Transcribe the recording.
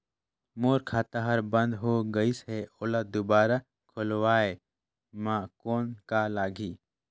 मोर खाता हर बंद हो गाईस है ओला दुबारा खोलवाय म कौन का लगही?